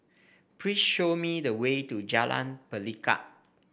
please show me the way to Jalan Pelikat